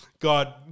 God